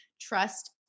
trust